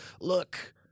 Look